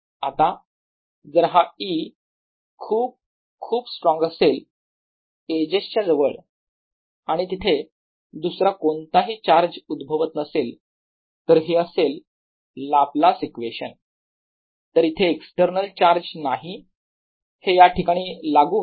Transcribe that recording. आता जर हा E खूप खूप स्ट्रॉंग असेल एजेस च्या जवळ आणि तिथे दुसरा कोणताही चार्ज उद्भवत नसेल तर हे असेल लाप्लास इक्वेशन तर इथे एक्स्टर्नल चार्ज नाही हे याठिकाणी लागू होत